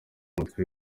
umutwe